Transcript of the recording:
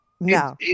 no